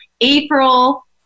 April